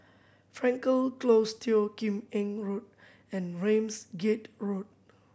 Frankel Close Teo Kim Eng Road and Ramsgate Road